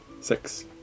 Six